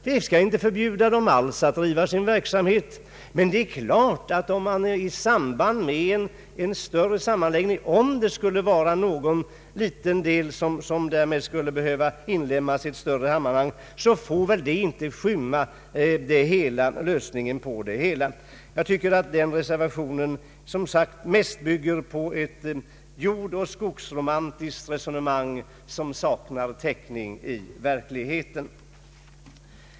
Vi skall inte alls förbjuda dem att driva sin verksamhet, men det är klart att om det skulle vara någon liten del som skulle behöva inlemmas i ett större sammanhang i samband med en större sammanläggning så får väl detta inte förhindra lösningen på det hela. Jag tycker, som sagt, att denna reservation mest bygger på ett jordoch skogsromantiskt resonemang som saknar täckning i verkligheten.